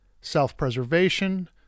Self-preservation